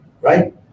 Right